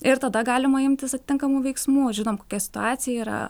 ir tada galima imtis atitinkamų veiksmų žinom kokia situacija yra